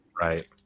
Right